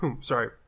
sorry